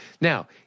Now